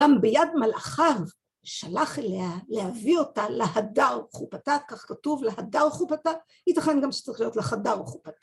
גם ביד מלאכיו שלח אליה להביא אותה להדר חופתה כך כתוב להדר חופתה יתכן גם שצריך להיות לחדר חופתה